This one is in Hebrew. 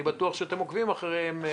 ואני בטוח שאתם עוקבים אחריהן.